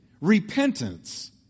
repentance